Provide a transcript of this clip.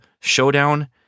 showdown